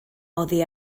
oddi